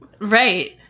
Right